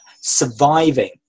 surviving